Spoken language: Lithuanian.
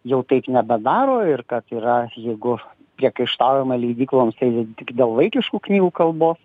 jau taip nebedaro ir kad yra jeigu priekaištaujama leidykloms tai tik dėl vaikiškų knygų kalbos